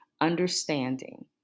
understanding